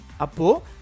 Apo